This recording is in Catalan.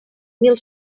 mil